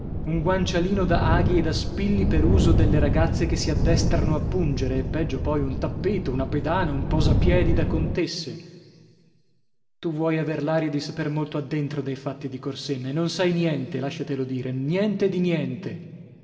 un guancialino da aghi e da spilli per uso delle ragazze che si addestrano a pungere e peggio poi un tappeto una pedana un posapiedi da contesse tu vuoi aver l'aria di saper molto addentro dei fatti di corsenna e non sai niente lasciatelo dire niente di niente